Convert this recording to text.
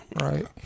right